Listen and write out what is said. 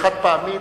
היא חד-פעמית,